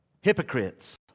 hypocrites